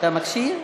אתה מקשיב?